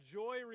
joy